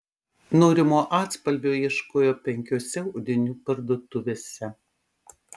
norimo atspalvio ieškojo penkiose audinių parduotuvėse